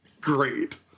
great